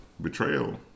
betrayal